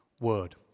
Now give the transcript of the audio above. word